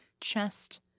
chest